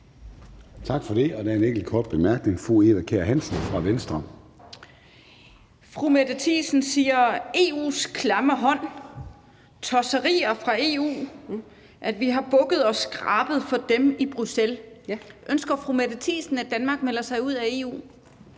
Tak for det. Der er en enkelt kort bemærkning fra fru Eva Kjer Hansen fra Venstre. Kl. 16:31 Eva Kjer Hansen (V): Fru Mette Thiesen taler om EU's klamme hånd, tosserier fra EU og siger, at vi har bukket og skrabet for dem i Bruxelles. Ønsker fru Mette Thiesen, at Danmark melder sig ud af EU?